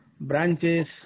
branches